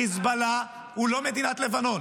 חיזבאללה הוא לא מדינת לבנון.